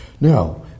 Now